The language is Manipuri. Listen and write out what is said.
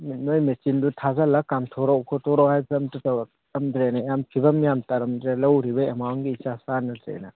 ꯅꯣꯏ ꯃꯦꯆꯤꯟꯗꯨ ꯊꯥꯖꯤꯜꯂ ꯀꯥꯝꯊꯣꯔꯛꯎ ꯈꯣꯇꯣꯔꯛꯎ ꯍꯥꯏꯕꯁꯨ ꯑꯝꯇ ꯇꯧꯔꯛꯑꯝꯗ꯭ꯔꯦꯅꯦ ꯌꯥꯝ ꯐꯤꯕꯝ ꯌꯥꯝ ꯇꯥꯔꯝꯗ꯭ꯔꯦ ꯂꯧꯔꯤꯕ ꯑꯦꯃꯥꯎꯟꯒ ꯏꯆꯥ ꯆꯥꯟꯅꯗ꯭ꯔꯦꯅꯦ